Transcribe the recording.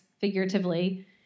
figuratively